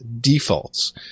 defaults